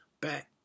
back